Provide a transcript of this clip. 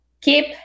keep